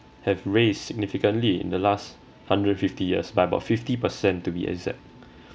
have raised significantly in the last hundred fifty years by about fifty percent to be exact